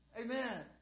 Amen